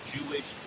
Jewish